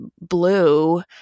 blue